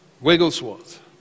Wigglesworth